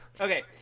Okay